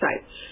sites